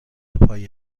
پای